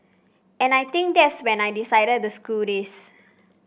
and I think that's when I decided to screw this